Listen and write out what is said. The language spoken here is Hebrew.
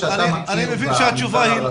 אני מבין שהתשובה היא לא.